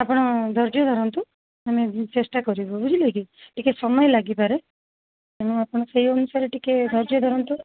ଆପଣ ଧୈର୍ଯ୍ୟ ଧରନ୍ତୁ ଆମେ ଚେଷ୍ଟା କରିବୁ ବୁଝିଲେ କି ଟିକେ ସମୟ ଲାଗିପାରେ ତେଣୁ ଆପଣ ସେଇ ଅନୁସାରେ ଟିକେ ଆପଣ ଧୈର୍ଯ୍ୟ ଧରନ୍ତୁ